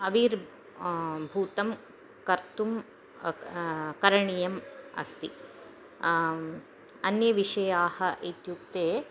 आविर्भूतं कर्तुं करणीयम् अस्ति अन्ये विषयाः इत्युक्ते